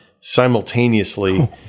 simultaneously